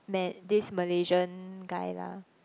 man this Malaysian guy lah